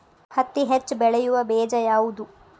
ಹತ್ತಿ ಹೆಚ್ಚ ಬೆಳೆಯುವ ಬೇಜ ಯಾವುದು?